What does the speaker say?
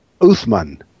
Uthman